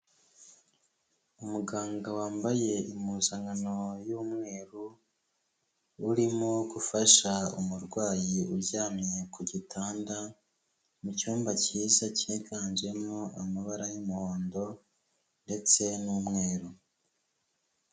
Umuganga wambaye impuzankano y'umweru urimo gufasha umurwayi uryamye ku gitanda, mu cyumba cyiza cyiganjemo amabara y'umuhondo ndetse n'umweru.